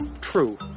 true